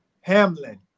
Hamlin